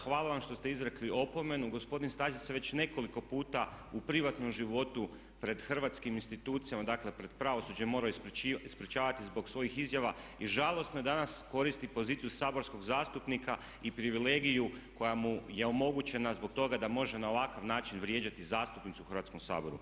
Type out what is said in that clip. Hvala vam što ste izrekli opomenu, gospodin Stazić se već nekoliko puta u privatnom životu pred hrvatskim institucijama dakle pred pravosuđem morao ispričavati zbog svojih izjava i žalosno je da danas koristi poziciju saborskog zastupnika i privilegiju koja mu je omogućena zbog toga da može na ovakav način vrijeđati zastupnicu u Hrvatskom saboru.